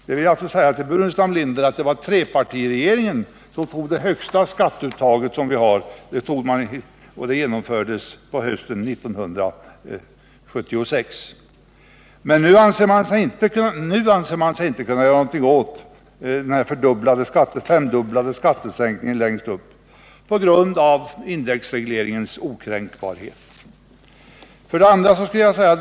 Jag vill säga till Staffan Burenstam Linder att det var trepartiregeringen som fastställde det högsta skatteuttaget på hösten 1976. Men på grund av indexregleringens okränkbarhet anser man sig nu inte kunna göra något åt den femdubbla skattesänkningen längst upp. 2.